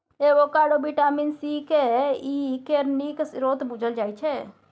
avocado vitamin C, K, E केर नीक स्रोत बुझल जाइ छै